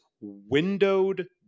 windowed